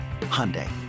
Hyundai